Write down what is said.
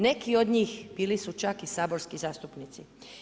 Neki od njih bili su čak i saborski zastupnici.